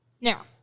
Now